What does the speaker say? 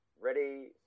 Ready